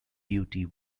duty